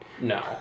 No